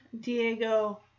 Diego